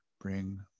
Bring